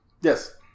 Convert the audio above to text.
Yes